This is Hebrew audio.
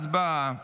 הצבעה.